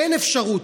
אין אפשרות.